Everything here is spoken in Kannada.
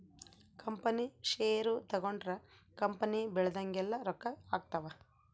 ಕಂಪನಿ ಷೇರು ತಗೊಂಡ್ರ ಕಂಪನಿ ಬೆಳ್ದಂಗೆಲ್ಲ ರೊಕ್ಕ ಆಗ್ತವ್